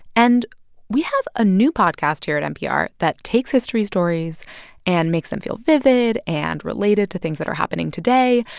and we have a new podcast here at npr that takes history stories and makes them feel vivid and related to things that are happening today.